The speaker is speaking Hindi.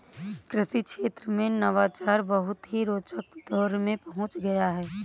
कृषि क्षेत्र में नवाचार बहुत ही रोचक दौर में पहुंच गया है